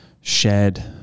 shared